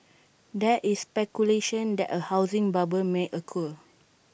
there is speculation that A housing bubble may occur